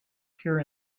pure